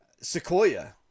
Sequoia